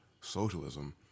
socialism